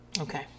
Okay